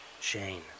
Shane